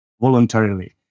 voluntarily